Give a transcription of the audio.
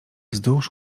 wzdłuż